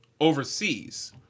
overseas